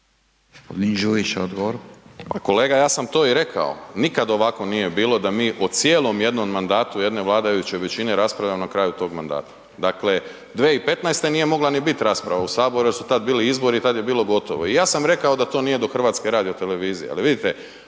Kolega ja sam to i rekao. Nikada ovako nije bilo da mi u cijelom mandatu jedne vladajuće većine raspravljamo na kraju toga mandata. Dakle, 2015. nije mogla niti biti rasprava u Saboru jer su tada bili izbori i tada je bilo gotovo. I ja sam rekao da to nije do Hrvatske radiotelevizije.